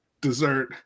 dessert